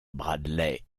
bradley